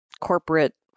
corporate